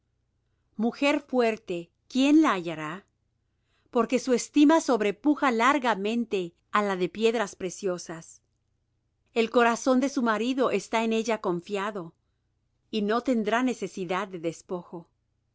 mujer fuerte quién la hallará porque su estima sobrepuja largamente á la de piedras preciosas el corazón de su marido está en ella confiado y no tendrá necesidad de despojo